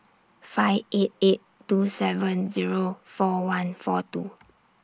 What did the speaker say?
five eight eight two seven Zero four one four two